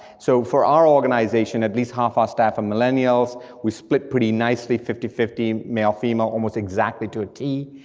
so for our organization, at least half our staff are millennials, we split pretty nicely, fifty fifty, male, females, almost exactly to a t.